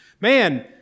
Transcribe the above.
man